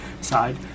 side